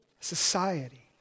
society